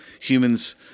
Humans